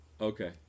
Okay